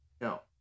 No